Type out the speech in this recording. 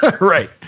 Right